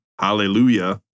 Hallelujah